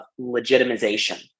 legitimization